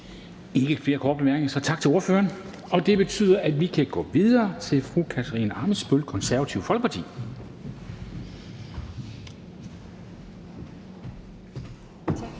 ikke flere korte bemærkninger, så tak til ordføreren. Det betyder, at vi kan gå videre til fru Katarina Ammitzbøll, Det Konservative Folkeparti. Kl.